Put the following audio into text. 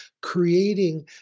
creating